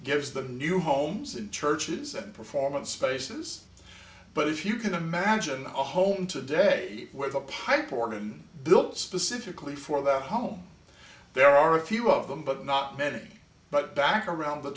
gives the new homes and churches and performance spaces but if you can imagine a home today where the pipe organ built specifically for that home there are a few of them but not many but back around the